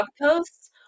posts